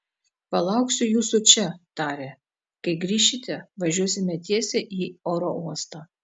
palauksiu jūsų čia tarė kai grįšite važiuosime tiesiai į oro uostą